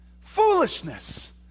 Foolishness